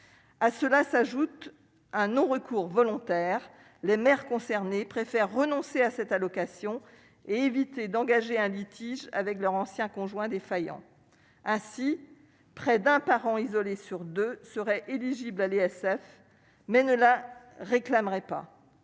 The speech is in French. à cela s'ajoute un non-recours volontaire, les maires concernés préfèrent renoncer à cette allocation et éviter d'engager un litige avec leur ancien conjoint défaillant ainsi près d'un parent isolé sur 2 seraient éligibles à l'ISF, mais ne la réclamerait pas,